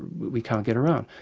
we can't get around.